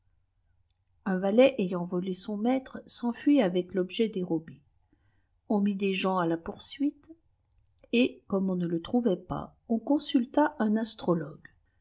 un valet ayant volé son maître s'enfiiu sjfecydbjaàébcàsé on qait des gpns à la poursuite et ciraime on nie le trouât s m coisiflta un astrologue